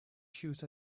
shoes